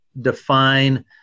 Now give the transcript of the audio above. define